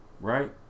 right